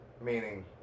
Meaning